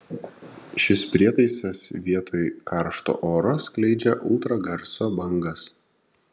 šis prietaisas vietoj karšto oro skleidžia ultragarso bangas